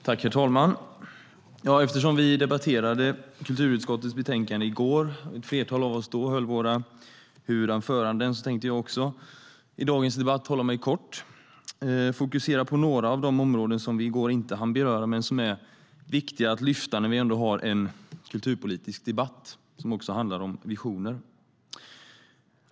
Herr talman! Eftersom vi debatterade kulturutskottets betänkande i går - ett flertal av oss höll då våra huvudanföranden - tänkte jag i dagens debatt fatta mig kort och fokusera på några av de områden som vi i går inte hann beröra men som är viktiga att lyfta fram när vi har en kulturpolitisk debatt som också handlar om visioner.